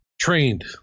trained